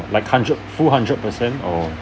like hundred full hundred percent or